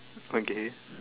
okay